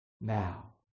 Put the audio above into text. now